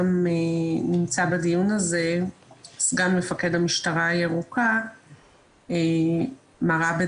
נמצא בדיון הזה סגן מפקד המשטרה הירוקה מר עבד